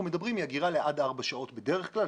מדברים היא אגירה עד ארבע שעות בדרך כלל,